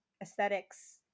aesthetics